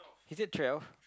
is it twelve